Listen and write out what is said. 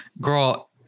Girl